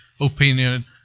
opinion